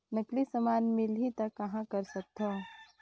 नकली समान मिलही त कहां कर सकथन?